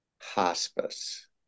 hospice